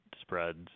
spreads